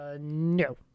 No